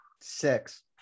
six